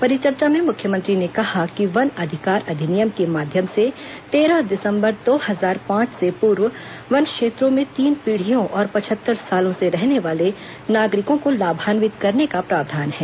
परिचर्चा में मुख्यमंत्री ने कहा कि वन अधिकार अधिनियम के माध्यम से तेरह दिसम्बर दो हजार पांच से पूर्व वन क्षेत्रों में तीन पीढ़ियों और पचहत्तर सालों से रहने वाले नागरिकों को लाभान्वित करने का प्रावधान है